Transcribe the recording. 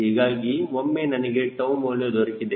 ಹೀಗಾಗಿ ಒಮ್ಮೆ ನಮಗೆ 𝜏 ಮೌಲ್ಯ ದೊರಕಿದೆ